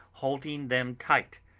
holding them tight,